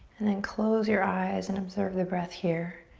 and then close your eyes and observe the breath here.